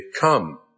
Come